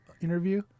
interview